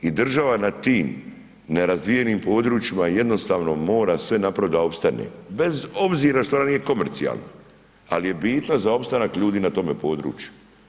I država na tim nerazvijenim područjima jednostavno mora sve napraviti da opstane, bez obzira što ona nije komercijalna ali je bitna za opstanak ljudi na tome području.